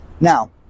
Now